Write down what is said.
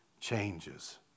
changes